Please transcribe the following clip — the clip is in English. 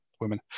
women